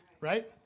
Right